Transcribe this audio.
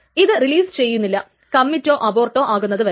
ഇത് റിലീസ് ചെയ്യുന്നില്ല കമ്മിറ്റോ അബോർട്ടോ ആക്കുന്നതുവരെ